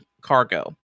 cargo